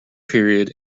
period